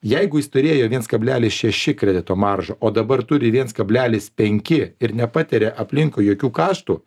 jeigu jis turėjo viens kablelis šeši kredito maržą o dabar turi viens kablelis penki ir nepatiria aplinkui jokių kaštų